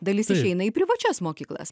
dalis išeina į privačias mokyklas